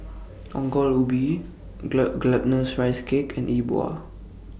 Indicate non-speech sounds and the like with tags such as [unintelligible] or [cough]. Ongol Ubi [unintelligible] Glutinous Rice Cake and E Bua